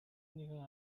нэгэн